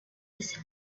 its